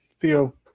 Theo